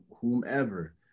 whomever